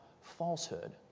falsehood